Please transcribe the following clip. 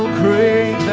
pray.